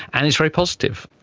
and it's very positive.